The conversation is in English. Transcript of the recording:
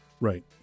Right